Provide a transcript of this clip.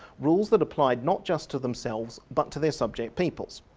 rules that applied not just to themselves but to their subject peoples.